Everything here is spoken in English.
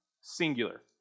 Singular